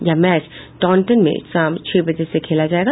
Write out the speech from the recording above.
यह match Taunton में शाम छह बजे से खेला जाएगा